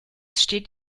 steht